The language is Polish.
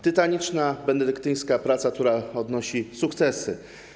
Tytaniczna, benedyktyńska praca, która przynosi sukcesy.